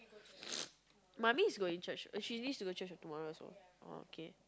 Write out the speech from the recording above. mummy is going church she needs to go church for tomorrow also ya okay